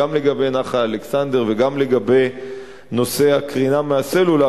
גם לגבי נחל אלכסנדר וגם לגבי נושא הקרינה מהסלולר,